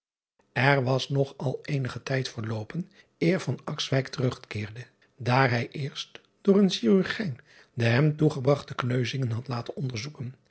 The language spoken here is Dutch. r was nog al eenige tijd verloopen eer terugkeerde daar hij eerst door een chirurgijn de hem toegebragte kneuzingen had laten onder